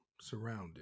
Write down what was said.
surrounded